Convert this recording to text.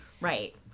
Right